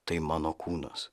tai mano kūnas